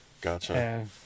Gotcha